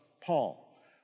Paul